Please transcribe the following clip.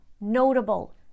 Notable